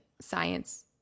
science